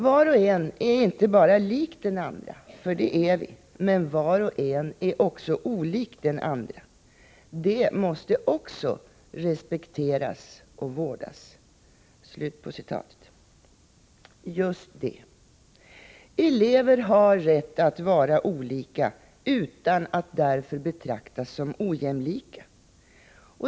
Var och en är inte bara lik den andra, för det är vi, men var och en är också olik den andra. Det måste också respekteras och vårdas. — Så långt Lars Gyllensten. Ja, just det! Elever har rätt att vara olika utan att därför betraktas som ojämlika.